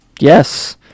Yes